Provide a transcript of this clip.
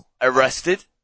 arrested